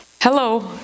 Hello